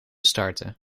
starten